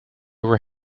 were